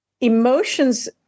emotions